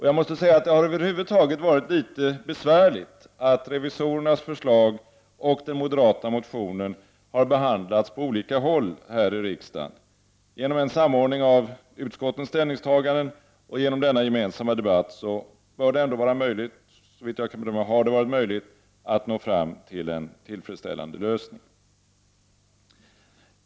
Jag måste säga att det över huvud taget har varit litet besvärligt att revisorernas förslag och den moderata motionen har behandlats på olika håll här i riksdagen. Men genom en samordning av utskottens ställningstaganden och genom denna gemensamma debatt har det, såvitt jag har förstått, ändå varit möjligt att nå fram till en tillfredsställande lösning.